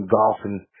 golfing